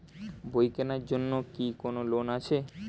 বই কেনার জন্য কি কোন লোন আছে?